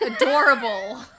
Adorable